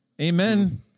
amen